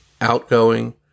outgoing